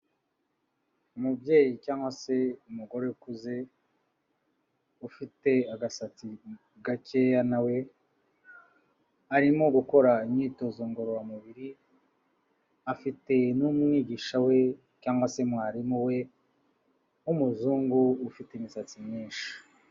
Umubyeyi cyangwa se umugore ukuze, ufite agasatsi gakeya na we, arimo gukora imyitozo ngororamubiri, afite n'umwigisha we cyangwa se mwarimu we w'umuzungu, ufite imisatsi myinshi.